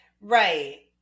Right